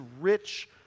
rich